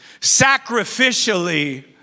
sacrificially